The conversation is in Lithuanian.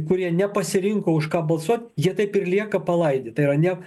kurie nepasirinko už ką balsuot jie taip ir lieka palaidi tai yra ne